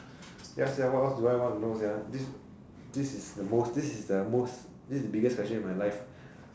ya sia what else do I want to know sia this this is the most this is the most this is the biggest question in my life